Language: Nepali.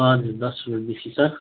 हजुर दस रुपियाँ बेसी छ